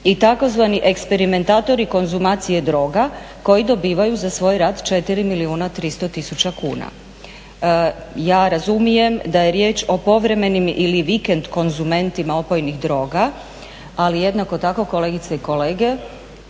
i tzv. eksperimentatori konzumacije droga koji dobivaju za svoj rad 4 milijuna 300 tisuća kuna. Ja razumijem da je riječ o povremenim ili vikend konzumentima droga ali jednako tako kolegice i kolege